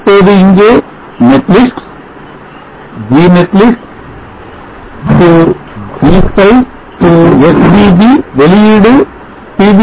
இப்போது இங்கே netlist g netlist - G spice SDB வெளியீடு pv